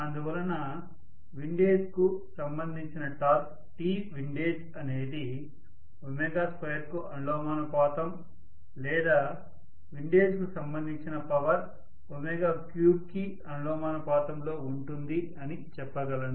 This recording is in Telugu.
అందువలన విండేజ్ కు సంబంధించిన టార్క్ Twindageఅనేది 2 కు అనులోమానుపాతం లేదా విండేజ్ కు సంబంధించిన పవర్ 3కి అనులోమానుపాతంలో ఉంటుంది అని చెప్పగలను